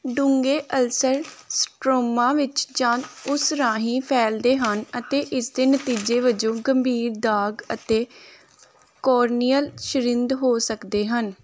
ਡੂੰਘੇ ulcer stroma ਵਿੱਚ ਜਾਂ ਉਸ ਰਾਹੀਂ ਫੈਲਦੇ ਹਨ ਅਤੇ ਇਸ ਦੇ ਨਤੀਜੇ ਵਜੋਂ ਗੰਭੀਰ ਦਾਗ ਅਤੇ ਕੋਰਨੀਅਲ ਸ਼ਰਿੰਦ ਹੋ ਸਕਦੇ ਹਨ